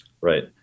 right